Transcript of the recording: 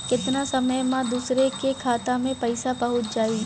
केतना समय मं दूसरे के खाता मे पईसा पहुंच जाई?